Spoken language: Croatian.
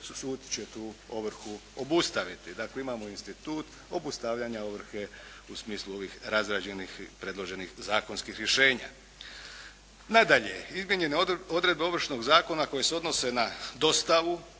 sud će tu ovrhu obustaviti. Dakle, imamo institut obustavljanja ovrhe u smislu ovih razrađenih i predloženih zakonskih rješenja. Nadalje, izmijenjene odredbe Ovršnog zakona koje se odnose na dostavu,